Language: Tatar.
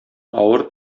авыр